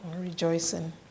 Rejoicing